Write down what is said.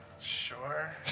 Sure